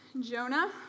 Jonah